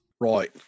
Right